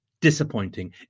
disappointing